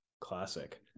classic